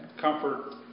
comfort